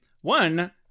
One